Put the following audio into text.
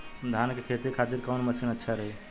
धान के खेती के खातिर कवन मशीन अच्छा रही?